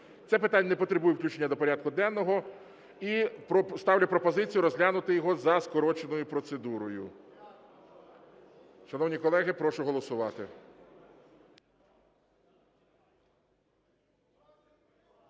Це питання не потребує включення до порядку денного. І ставлю пропозицію розглянути його за скороченою процедурою. Шановні колеги, прошу голосувати.